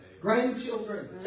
Grandchildren